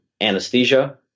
anesthesia